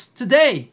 today